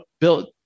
Bill